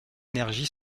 énergie